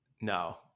no